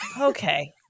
okay